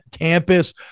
campus